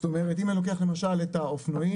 זאת אומרת אם אני לוקח למשל את האופנועים,